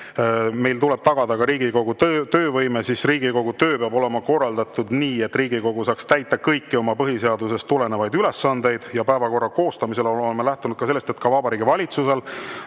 meil tuleb tagada Riigikogu töövõime. Riigikogu töö peab olema korraldatud nii, et Riigikogu saaks täita kõiki oma põhiseadusest tulenevaid ülesandeid. Samuti oleme päevakorra koostamisel lähtunud sellest, et ka Vabariigi Valitsusel